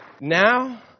now